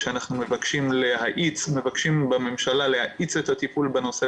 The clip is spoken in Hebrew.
שאנחנו מבקשים מהממשלה להאיץ את הטיפול בנושא,